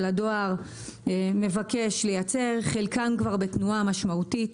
הדואר מבקש לייצר כאשר חלקם כבר בתנועה משמעותית.